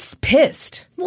pissed